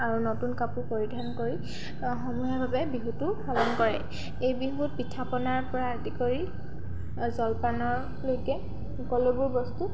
আৰু নতুন কাপোৰ পৰিধান কৰি সমূহীয়াভাৱে বিহুটো পালন কৰে এই বিহুত পিঠা পনাৰ পৰা আদি কৰি জলপানলৈকে সকলোবোৰ বস্তু